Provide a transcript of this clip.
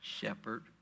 shepherd